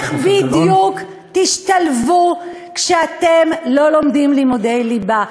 איך בדיוק תשתלבו כשאתם לא לומדים לימודי ליבה?